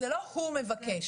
זה לא הוא מבקש,